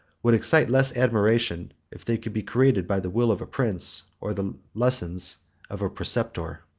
would excite less admiration, if they could be created by the will of a prince, or the lessons of a preceptor.